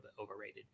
overrated